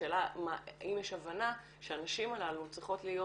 השאלה האם יש הבנה שהנשים הללו צריכות להיות